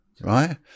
right